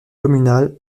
communal